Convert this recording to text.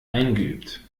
eingeübt